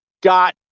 got